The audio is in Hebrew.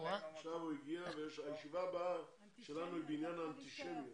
הישיבה הבאה שלנו היא בעניין האנטישמיות.